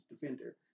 defender